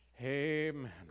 Amen